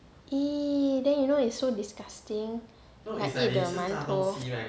!ee! then you know it's so disgusting I eat the 馒头